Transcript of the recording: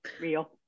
real